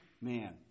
man